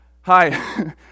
Hi